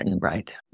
Right